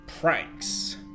pranks